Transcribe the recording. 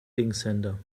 linkshänder